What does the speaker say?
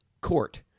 court